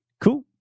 Cool